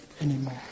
anymore